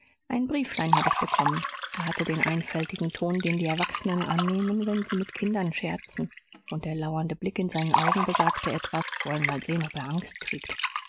ein brieflein hab ich bekommen er hatte den einfältigen ton den die erwachsenen annehmen wenn sie mit kindern scherzen und der lauernde blick in seinen augen besagte etwa wollen mal sehen ob er angst kriegt